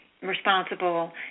responsible